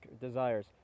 desires